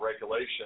regulation